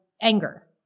anger